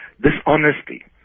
dishonesty